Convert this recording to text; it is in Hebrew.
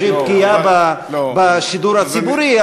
כאיזו פגיעה בשידור הציבורי,